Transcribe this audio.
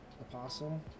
Apostle